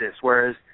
whereas